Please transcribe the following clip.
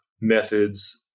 methods